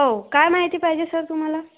हो काय माहिती पाहिजे सर तुम्हाला